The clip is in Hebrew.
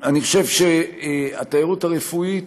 אני חושב שהתיירות הרפואית